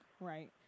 Right